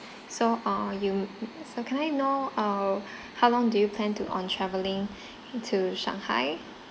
so uh you so can I know err how long do you plan to on travelling to shanghai